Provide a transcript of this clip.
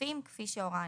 נוספים כפי שהורה הנציב.